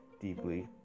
deeply